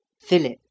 Philip